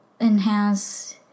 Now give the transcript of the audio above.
enhance